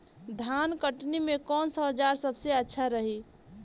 धान कटनी मे कौन औज़ार सबसे अच्छा रही?